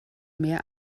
mehr